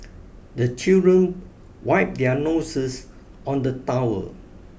the children wipe their noses on the towel